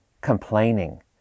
complaining